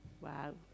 Wow